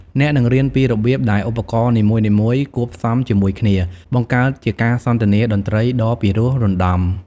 អ្នកនឹងរៀនពីរបៀបដែលឧបករណ៍នីមួយៗ គួបផ្សំជាមួយគ្នា បង្កើតជាការសន្ទនាតន្ត្រីដ៏ពិរោះរណ្ដំ។